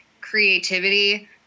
creativity